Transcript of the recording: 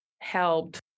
helped